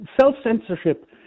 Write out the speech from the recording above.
Self-censorship